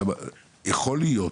שמה יכול להיות,